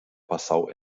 passau